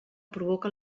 provoca